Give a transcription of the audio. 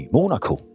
Monaco